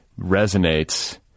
resonates